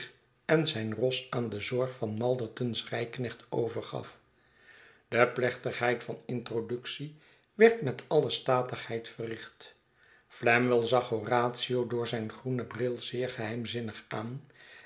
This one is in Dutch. en zijn ros aan de zorg van malderton's rijknecht overgaf de piechtigheid van introductie werd met alle statigheid verricht flamwell zag horatio door zijn groenen bril zeer geheimzinnig aan